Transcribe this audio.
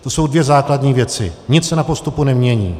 To jsou dvě základní věci, nic se na postupu nemění.